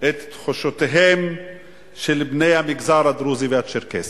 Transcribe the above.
את תחושותיהם של בני המגזר הדרוזי והצ'רקסי.